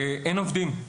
אין עובדים.